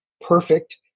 perfect